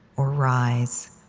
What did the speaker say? or rise,